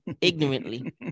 ignorantly